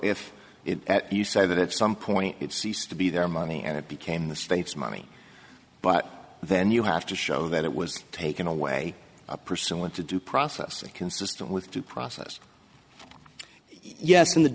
if you say that at some point it ceased to be their money and it became the state's money but then you have to show that it was taken away pursuant to due process consistent with due process yes and the